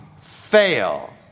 fail